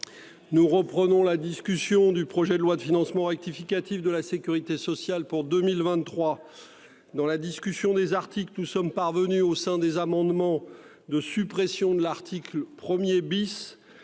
Nous reprenons la discussion du projet de loi de financement rectificatif de la Sécurité sociale pour 2023. Dans la discussion des articles. Nous sommes parvenus au sein des amendements de suppression de l'article 1er bis